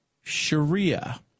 Sharia